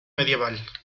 medieval